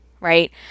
right